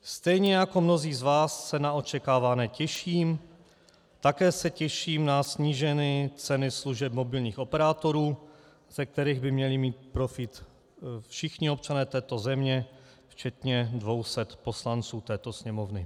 Stejně jako mnozí z vás se na očekávané těším, také se těším na snížené ceny služeb mobilních operátorů, ze kterých by měli mít profit všichni občané této země, včetně 200 poslanců této Sněmovny.